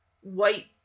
white